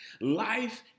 Life